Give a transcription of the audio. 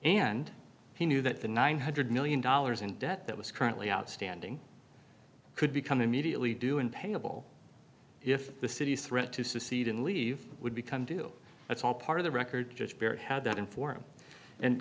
and he knew that the nine hundred million dollars in debt that was currently outstanding could become immediately due and payable if the city's threat to secede and leave would become deal it's all part of the record just bear had that in for him and